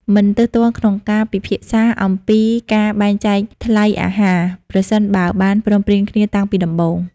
មិនទើសទាល់ក្នុងការពិភាក្សាអំពីការបែងចែកថ្លៃអាហារ ប្រសិនបើបានព្រមព្រៀងគ្នាតាំងពីដំបូង។